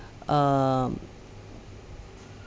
um